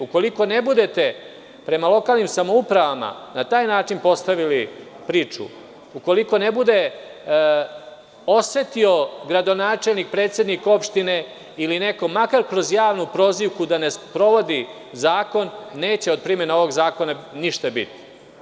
Ukoliko ne budete prema lokalnim samoupravama na taj način postavili priču, ukoliko ne bude osetio gradonačelnik, predsednik opštine ili neko, makar kroz javnu prozivku da ne sprovodi zakon, neće od primene ovog zakona ništa biti.